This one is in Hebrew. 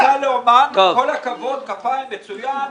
נסע לאומן, כל הכבוד, כפיים, מצוין,